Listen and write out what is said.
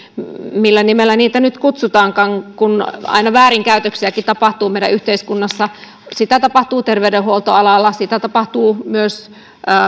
millä nimellä niitä nyt kutsutaankaan kun aina väärinkäytöksiäkin tapahtuu meidän yhteiskunnassa niitä tapahtuu terveydenhuoltoalalla myös